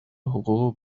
حقوق